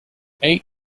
eat